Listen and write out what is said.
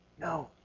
No